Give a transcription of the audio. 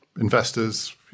Investors